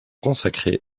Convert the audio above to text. consacrés